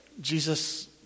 Jesus